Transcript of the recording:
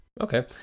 Okay